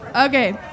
okay